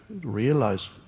realize